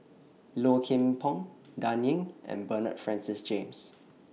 Low Kim Pong Dan Ying and Bernard Francis James